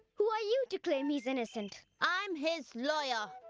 who are you to claim he's innocent? i'm his lawyer!